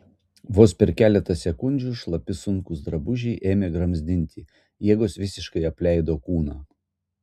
vos per keletą sekundžių šlapi sunkūs drabužiai ėmė gramzdinti jėgos visiškai apleido kūną